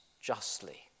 justly